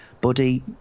buddy